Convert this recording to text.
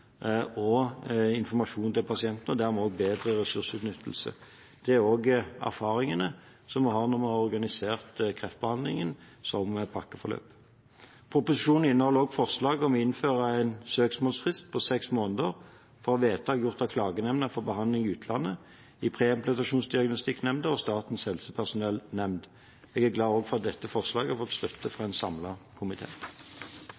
og informasjon til pasientene og dermed også bedre ressursutnyttelse. Det er også erfaringen vi har etter at vi organiserte kreftbehandlingen som pakkeforløp. Proposisjonen inneholder også forslag om å innføre en søksmålsfrist på seks måneder for vedtak gjort av Klagenemnda for behandling i utlandet, i Preimplantasjonsdiagnostikknemnda og Statens helsepersonellnemnd. Jeg er glad for at også dette forslaget har fått støtte fra en